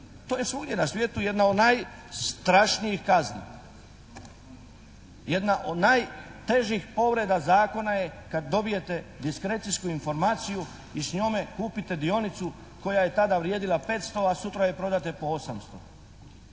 to je svugdje na svijetu jedna od najstrašnijih kazna. Jedna od najtežih povreda zakona je kad dobijete diskrecijsku informaciju i s njome kupite dionicu koja je tada vrijedila 500, a sutra je prodate po 800.